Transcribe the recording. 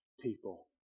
people